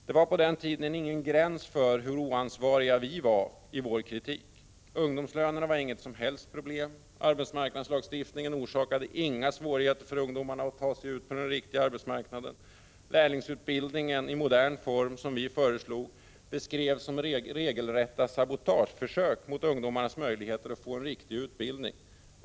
Det var på den tiden ingen gräns för hur oansvariga vi var i vår kritik. Ungdomslönerna var inget som helst problem. Arbetsmarknadslagstiftningen orsakade inga svårigheter för ungdomarna att ta sig in på den riktiga arbetsmarknaden. Lärlingsutbildningen i modern form som vi föreslog beskrevs som ett regelrätt sabotageförsök mot ungdomarnas möjligheter att få en riktig utbildning.